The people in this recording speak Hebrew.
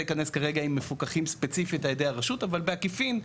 להיכנס כרגע אם מפוקחים ספציפית על ידי הרשות אבל בעקיפין,